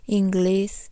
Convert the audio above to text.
inglês